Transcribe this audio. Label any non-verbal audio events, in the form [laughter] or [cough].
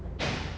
[noise]